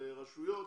ברשויות,